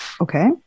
Okay